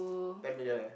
ten million eh